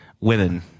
women